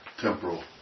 Temporal